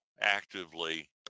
actively